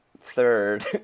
third